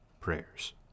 prayers